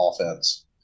offense